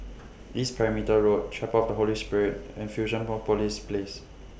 East Perimeter Road Chapel of The Holy Spirit and Fusionopolis Place